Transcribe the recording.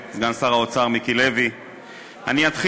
אני לא יודע אם זה ראשון, אבל, ראשון.